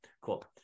cool